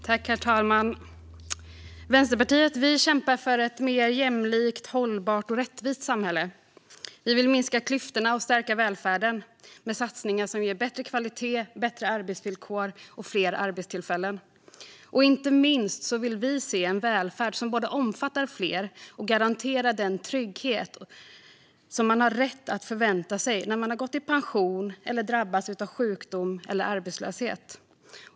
Herr talman! Vänsterpartiet kämpar för ett mer jämlikt, hållbart och rättvist samhälle. Vi vill minska klyftorna och stärka välfärden med satsningar som ger bättre kvalitet, bättre arbetsvillkor och fler arbetstillfällen. Och inte minst vill vi se en välfärd som både omfattar fler och garanterar den trygghet som man har rätt att förvänta sig när man har gått i pension eller drabbats av sjukdom eller arbetslöshet.